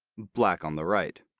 black on the right.